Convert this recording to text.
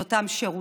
את אותם שירותים,